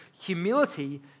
...humility